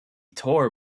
tour